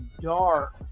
dark